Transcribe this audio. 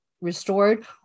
restored